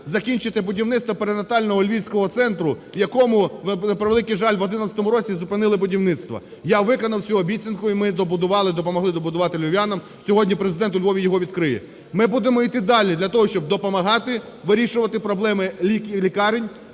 закінчити будівництво пренатального львівського центру, в якому, на превеликий жаль, в 2011 році зупинили будівництво. Я виконав цю обіцянку, і ми добудували, допомогли добудувати львів'янам, сьогодні Президент у Львові його відкриє. Ми будемо йти далі для того, щоб допомагати вирішувати проблеми лікарень.